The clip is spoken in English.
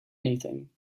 anything